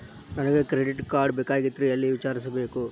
ನನಗೆ credit card ಬೇಕಾಗಿತ್ರಿ ಎಲ್ಲಿ ವಿಚಾರಿಸಬೇಕ್ರಿ?